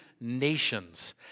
nations